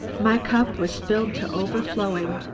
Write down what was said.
my cup was filled to overflowing,